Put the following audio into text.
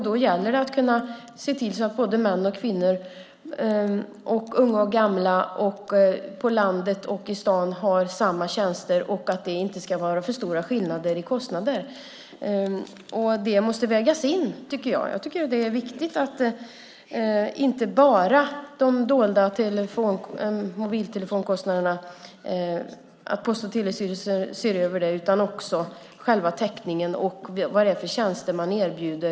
Då gäller det att kunna se till så att både män och kvinnor, unga och gamla, landet och staden har samma tjänster och att det inte ska vara för stora skillnader i kostnader. Det måste vägas in, tycker jag. Jag tycker att det är viktigt att Post och telestyrelsen ser över inte bara de dolda mobiltelefonkostnaderna utan också själva täckningen och vad det är för tjänster som erbjuds.